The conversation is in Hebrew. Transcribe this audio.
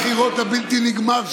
חבר הכנסת משה ארבל,